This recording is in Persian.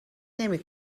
نمی